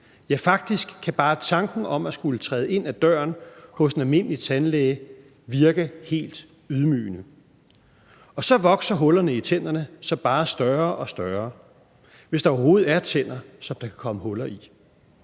Ja, faktisk kan bare tanken om at skulle træde ind ad døren hos en almindelig tandlæge virke helt ydmygende, og så vokser hullerne i tænderne sig bare større og større, hvis der overhovedet er tænder, som der kan komme huller i.